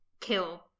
kill